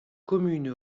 commune